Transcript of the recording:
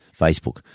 Facebook